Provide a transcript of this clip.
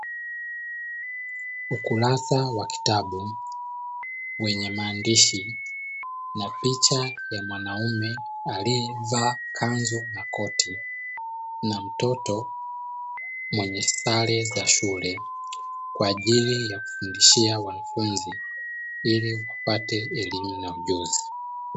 Ukurasa wa kitabu wenye maandishi na picha ya mwanaume, aliyevalia kanzu na koti na mtoto mwenye sare za shule kwa ajili ya kufundishia wanafunzi ili wapate elimu na ujuzi.